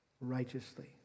righteously